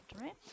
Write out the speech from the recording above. right